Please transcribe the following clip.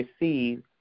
receive